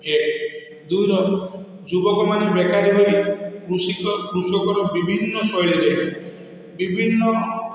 ଏକ ଦୁଇର ଯୁବକମାନେ ବେକାର ହୋଇ କୃଷିକ କୃଷକର ବିଭିନ୍ନ ଶୈଳୀରେ ବିଭିନ୍ନ